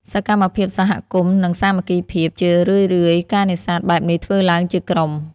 សកម្មភាពសហគមន៍ និងសាមគ្គីភាព ជារឿយៗ ការនេសាទបែបនេះធ្វើឡើងជាក្រុម។